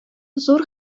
зур